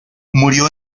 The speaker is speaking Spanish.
murió